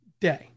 day